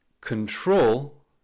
control